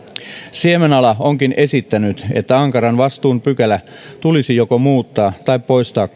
siemenala onkin esittänyt että ankaran vastuun pykälä tulisi joko muuttaa tai poistaa